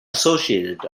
associated